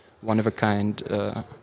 one-of-a-kind